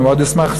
אני אשמח מאוד,